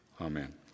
Amen